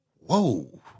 Whoa